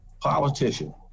politician